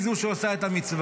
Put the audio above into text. היא זו שעושה את המצווה.